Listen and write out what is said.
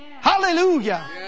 Hallelujah